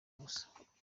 ubusa